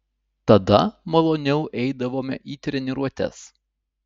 tada maloniau eidavome į treniruotes